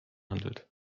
handelt